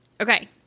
Okay